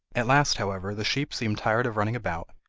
at last, however, the sheep seemed tired of running about,